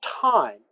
time